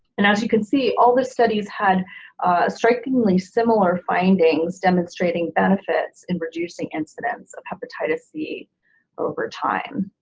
and as you can see all the studies had strikingly similar findings demonstrating benefits in reducing incidence of hepatitis c over time.